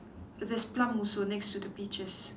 there's plum also next to the peaches